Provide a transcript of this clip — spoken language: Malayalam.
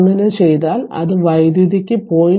അങ്ങനെ ചെയ്താൽ അത് വൈദ്യുതിക്ക് 0